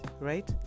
right